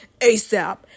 ASAP